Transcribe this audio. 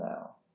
now